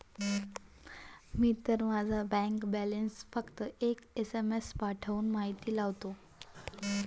मी तर माझा bank balance फक्त एक एस.एम.एस पाठवून माहिती लावतो